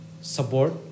support